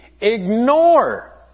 ignore